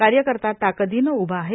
कार्यकर्ता ताकदीनं उभा आहे